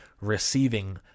receiving